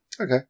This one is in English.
okay